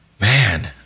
man